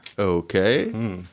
Okay